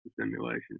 simulation